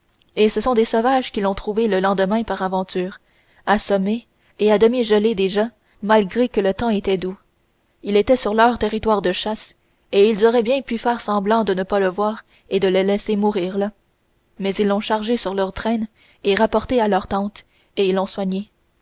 et ce sont des sauvages qui l'ont trouvé le lendemain par aventure assommé et à demi gelé déjà malgré que le temps était doux il était sur leur territoire de chasse et ils auraient bien pu faire semblant de ne pas le voir et le laisser mourir là mais ils l'ont chargé sur leur traîne et rapporté à leur tente et ils l'ont soigné